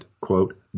quote